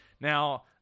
Now